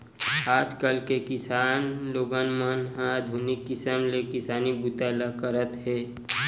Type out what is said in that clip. आजकाल के किसान लोगन मन ह आधुनिक किसम ले किसानी बूता ल करत हे